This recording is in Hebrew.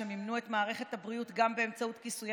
שמימנו את מערכת הבריאות גם באמצעות כיסויי